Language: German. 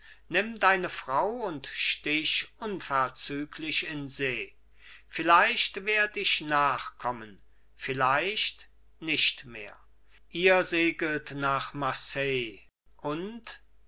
nimm deine frau und stich unverzüglich in see vielleicht werd ich nachkommen vielleicht nicht mehr ihr segelt nach marseille und